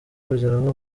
kugeraho